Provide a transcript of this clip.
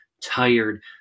tired